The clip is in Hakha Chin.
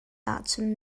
ahcun